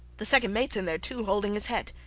the second mates in there, too, holding his head.